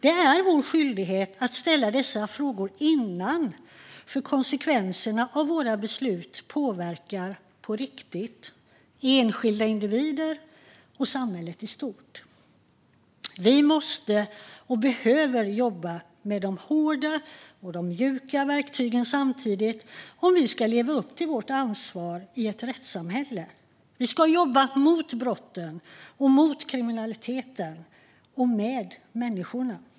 Det är vår skyldighet att ställa dessa frågor innan, för konsekvenserna av våra beslut påverkar på riktigt enskilda individer och samhället i stort. Vi måste och behöver jobba med de hårda och mjuka verktygen samtidigt om vi ska leva upp till vårt ansvar i ett rättssamhälle. Vi ska jobba mot brotten och kriminaliteten och med människorna.